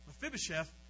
Mephibosheth